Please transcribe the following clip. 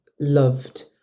loved